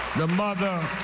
the mother,